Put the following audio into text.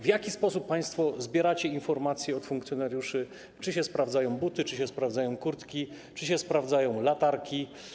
W jaki sposób państwo zbieracie informacje od funkcjonariuszy, czy się sprawdzają buty, czy się sprawdzają kurtki, czy się sprawdzają latarki?